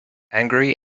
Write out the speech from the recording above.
angry